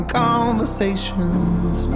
conversations